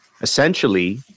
essentially